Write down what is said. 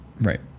Right